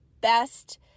best